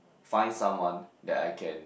find someone that I can